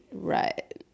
right